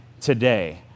today